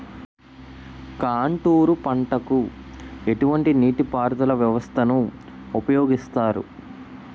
Contour పంటకు ఎటువంటి నీటిపారుదల వ్యవస్థను ఉపయోగిస్తారు?